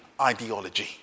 ideology